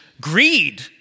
greed